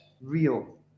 real